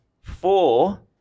four